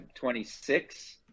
26